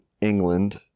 england